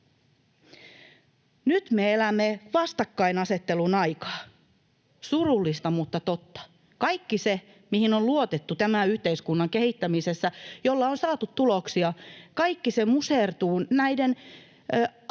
Nyt me elämme vastakkainasettelun aikaa, surullista mutta totta. Kaikki se, mihin on luotettu tämän yhteiskunnan kehittämisessä, jolla on saatu tuloksia, musertuu. Nämä asia